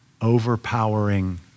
overpowering